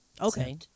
Okay